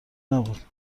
نبود